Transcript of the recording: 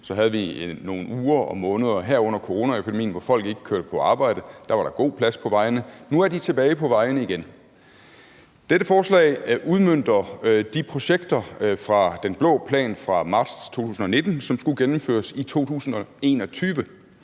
Så havde vi nogle uger og måneder her under coronaepidemien, hvor folk ikke kørte på arbejde. Da var der god plads på vejene. Nu er de tilbage på vejene igen. Dette forslag udmønter de projekter fra den blå plan fra marts 2019, som skulle gennemføres i 2021,